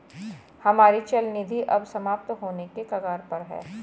हमारी चल निधि अब समाप्त होने के कगार पर है